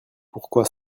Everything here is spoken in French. pourquoi